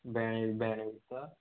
भेणें भेणें विकता